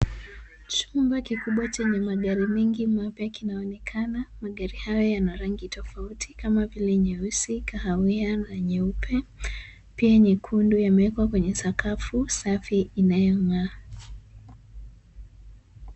Chumba kikubwa venye magari mengi mapya kinaonekana magari hayo yana magari yana rangi tofauti kama vile nyeusi, kahawia na nyeupe pia nyekundu yamewekwa kwa sakafu safi inayong'aa.